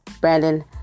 Brandon